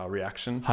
Reaction